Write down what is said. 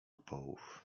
połów